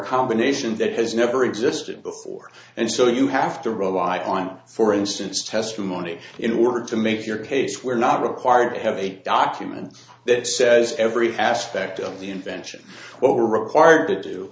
combination that has never existed before and so you have to rely on for instance testimony in order to make your case we're not required to have eight documents that says every aspect of the invention what we're required to do